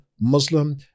Muslim